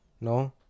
no